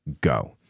go